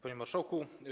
Panie Marszałku!